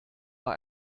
bei